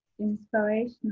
inspirational